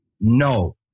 No